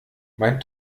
mein